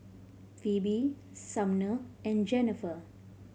Phebe Sumner and Jennifer